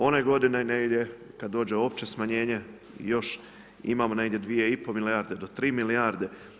One godine negdje kada dođe opće smanjenje i još imamo negdje 2,5 milijarde do 3 milijarde.